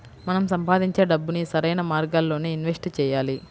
మనం సంపాదించే డబ్బుని సరైన మార్గాల్లోనే ఇన్వెస్ట్ చెయ్యాలి